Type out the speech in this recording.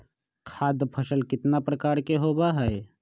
खाद्य फसल कितना प्रकार के होबा हई?